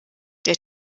der